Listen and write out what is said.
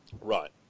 Right